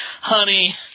Honey